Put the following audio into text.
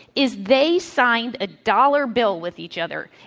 is they signed a dollar bill with each other,